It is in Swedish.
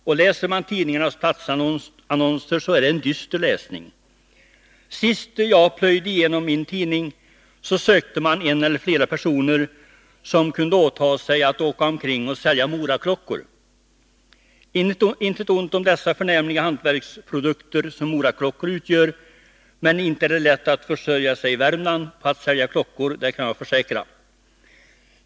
Och tidningarnas platsannonser är en dyster läsning. Senast jag plöjde igenom min tidning sökte man en eller flera personer som kunde åta sig att åka omkring och sälja Moraklockor. Inget ont om de förnämliga hantverksprodukter som Moraklockor utgör, men inte är det lätt att försörja sig i Värmland på att sälja klockor, det kan jag försäkra.